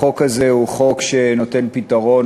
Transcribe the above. החוק הזה הוא חוק שנותן פתרון,